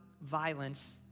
violence